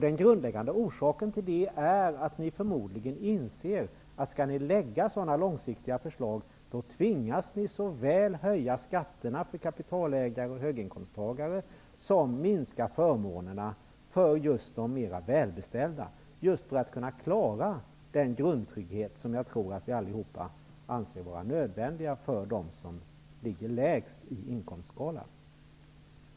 Den grundläggande orsaken till detta är att ni förmodligen inser att ni, om ni skall lägga fram långsiktiga förslag, tvingas såväl höja skatterna för kapitalägare och höginkomsttagare som minska förmånerna för just de mer välbeställda för att kunna klara den grundtrygghet som jag tror att vi alla anser är nödvändig för dem som ligger längst ner på inkomstskalan.